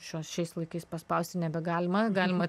šio šiais laikais paspausti nebegalima galima